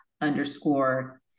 underscore